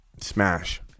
Smash